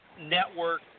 network